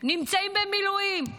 נמצאים במילואים חודשים,